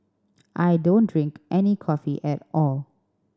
I don't drink any coffee at all